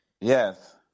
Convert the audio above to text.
Yes